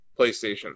PlayStation